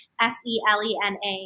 S-E-L-E-N-A